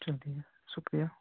چلیے شکریہ